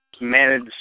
manage